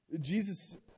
Jesus